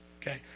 Okay